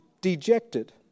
dejected